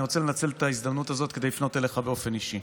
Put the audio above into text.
אני רוצה לנצל את ההזדמנות הזאת כדי לפנות אליך באופן אישי.